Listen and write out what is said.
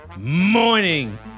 morning